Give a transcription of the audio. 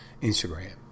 Instagram